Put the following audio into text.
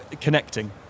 connecting